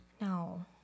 No